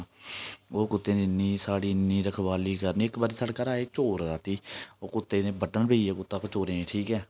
ओह् कुत्ते दी इ'न्नी साढ़ी इ'न्नी रखवाली करनी इक बारी साढ़े घर आए चोर राती ओह् कुत्ते उ'नें गी बड्ढन पेई गे कुत्ता चोरें ई ठीक ऐ